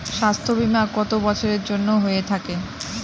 স্বাস্থ্যবীমা কত বছরের জন্য হয়ে থাকে?